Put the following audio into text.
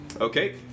Okay